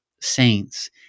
saints